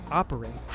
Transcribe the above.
operate